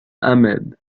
ahmed